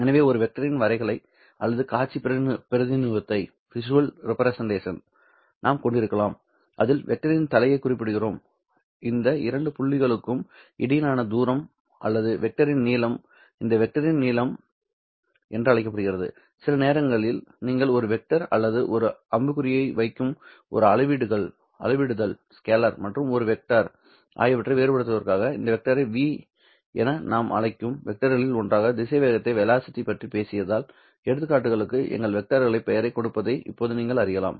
எனவே ஒரு வெக்டரின் வரைகலை அல்லது காட்சி பிரதிநிதித்துவத்தை நாம் கொண்டிருக்கலாம் அதில் வெக்டரின் தலையைக் குறிப்பிடுகிறோம் இந்த இரண்டு புள்ளிகளுக்கும் இடையிலான தூரம் அல்லது வெக்டரின் நீளம் இந்த வெக்டரின் நீளம் என்று அழைக்கப்படும் சில நேரங்களில் நீங்கள் ஒரு வெக்டர் அல்லது ஒரு அம்புக்குறியை வைக்கும் ஒரு அளவிடுதல் மற்றும் ஒரு வெக்டர் ஆகியவற்றை வேறுபடுத்துவதற்காக இந்த வெக்டரை v என நாம் அழைக்கும் வெக்டர்களில் ஒன்றாக திசைவேகத்தைப் பற்றிப் பேசியதால் எடுத்துக்காட்டுகளுக்கு எங்கள் வெக்டர்க்கான பெயரைக் கொடுப்பதை இப்போது நீங்கள் அறியலாம்